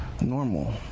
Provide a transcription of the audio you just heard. normal